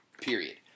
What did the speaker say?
Period